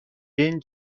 این